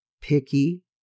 picky